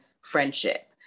friendship